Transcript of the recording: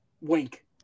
wink